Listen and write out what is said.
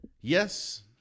Yes